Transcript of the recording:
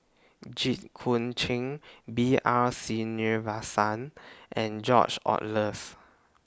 Jit Koon Ch'ng B R Sreenivasan and George Oehlers